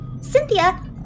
Cynthia